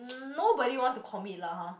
hmm nobody want to commit lah !huh!